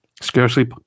scarcely